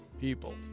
people